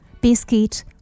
Biscuit